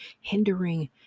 hindering